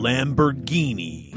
Lamborghini